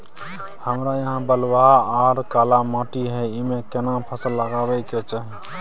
हमरा यहाँ बलूआ आर काला माटी हय ईमे केना फसल लगबै के चाही?